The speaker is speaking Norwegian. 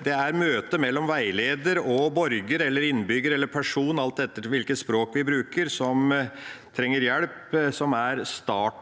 Det er møtet mellom veileder og borger – eller innbygger eller person, alt etter hvilket språk vi bruker – som trenger hjelp, som er starten